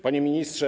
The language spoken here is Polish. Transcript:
Panie Ministrze!